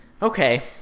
Okay